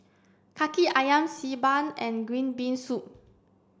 Kaki Ayam Xi Ban and green bean soup